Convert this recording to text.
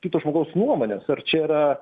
kito žmogaus nuomonės ar čia yra